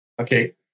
Okay